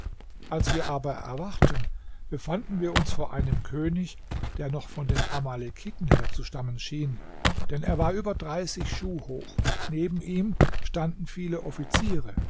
als wir aber erwachten befanden wir uns vor einem könig der noch von den amalekiten herzustammen schien denn er war über dreißig schuh hoch neben ihm standen viele offiziere